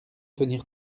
tenir